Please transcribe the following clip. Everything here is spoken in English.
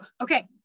okay